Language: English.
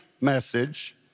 message